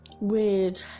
weird